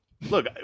Look